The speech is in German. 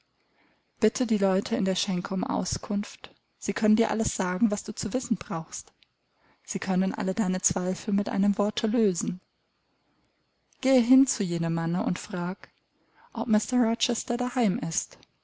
bitte die leute in der schenke um auskunft sie können dir alles sagen was du zu wissen brauchst sie können all deine zweifel mit einem worte lösen geh hin zu jenem manne und frag ob mr rochester da heim ist